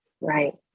Right